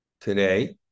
today